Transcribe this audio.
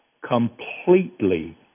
completely